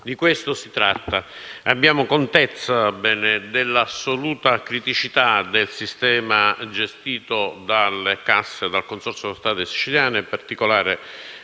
Di questo si tratta. Abbiamo contezza dell'assoluta criticità del sistema gestito dal Consorzio per le autostrade siciliane (CAS). In particolare,